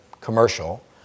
commercial